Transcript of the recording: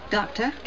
Doctor